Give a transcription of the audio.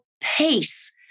pace